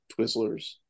Twizzlers